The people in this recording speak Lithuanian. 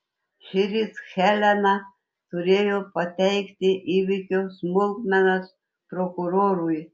šįryt helena turėjo pateikti įvykio smulkmenas prokurorui